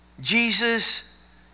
Jesus